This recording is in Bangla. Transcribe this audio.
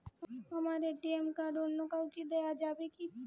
আমার এ.টি.এম কার্ড অন্য কাউকে দেওয়া যাবে কি?